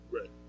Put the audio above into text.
Right